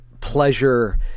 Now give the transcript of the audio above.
pleasure